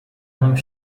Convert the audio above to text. hang